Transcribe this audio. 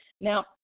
Now